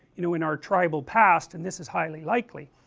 you know in our tribal past, and this is highly likely